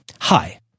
Hi